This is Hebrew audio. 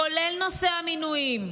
כולל נושא המינויים,